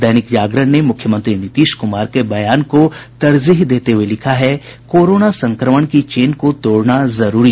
दैनिक जागरण ने मुख्यमंत्री नीतीश कुमार के बयान को तरजीह देते हुये लिखा है कोरोना संक्रमण की चेन को तोड़ना जरूरी